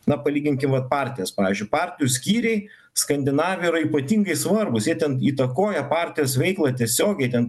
na palyginkim vat partijas pavyzdžiui partijų skyriai skandinavijoj yra ypatingai svarbūs jie ten įtakoja partijos veiklą tiesiogiai ten